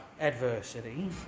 adversity